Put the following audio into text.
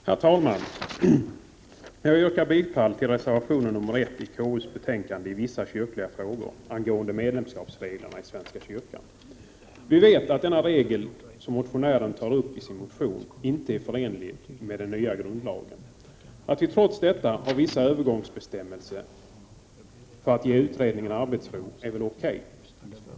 Herr talman! Jag yrkar bifall till reservation 1 i konstitutionsutskottets betänkande angående medlemskapsreglerna i svenska kyrkan. Vi vet att de regler som tagits upp motionsledes inte är förenliga med den nya grundlagen. Att vi trots detta har vissa övergångsbestämmelser för att ge den pågående utredningen arbetsro är väl O.K.